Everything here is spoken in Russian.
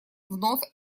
вновь